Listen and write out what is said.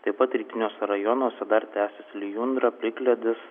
taip pat rytiniuose rajonuose dar tęsis lijundra plikledis